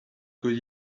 good